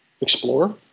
explorer